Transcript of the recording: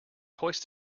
hoist